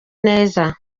neza